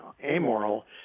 amoral